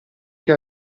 che